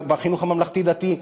בחינוך הממלכתי-דתי,